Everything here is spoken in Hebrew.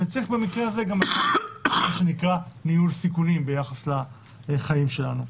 וצריך במקרה הזה גם לעשות מה שנקרא "ניהול סיכונים" ביחס לחיים שלנו.